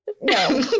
no